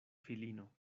filino